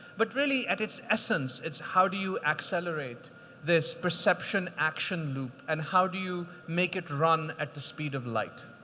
but really, at its essence, it's how do you accelerate this perception-action loop? and how do you make it run at the speed of light?